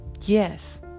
yes